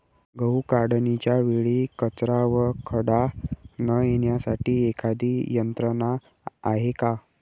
गहू काढणीच्या वेळी कचरा व खडा न येण्यासाठी एखादी यंत्रणा आहे का?